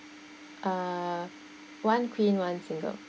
uh one queen one single